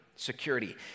security